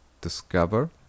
discover